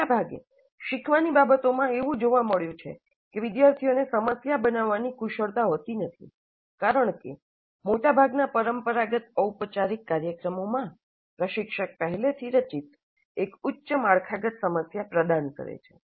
મોટા ભાગે શીખવાની બાબતોમાં એવું જોવા મળ્યું છે કે વિદ્યાર્થીઓને સમસ્યા બનાવવાની કુશળતા હોતી નથી કારણ કે મોટાભાગના પરંપરાગત ઔપચારિક કાર્યક્રમોમાં પ્રશિક્ષક પહેલેથી રચિત એક ઉચ્ચ માળખાગત સમસ્યા પ્રદાન કરે છે